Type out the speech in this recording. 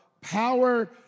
Power